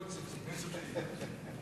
הכספים נתקבלה.